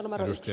kannatan